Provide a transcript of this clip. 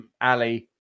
Ali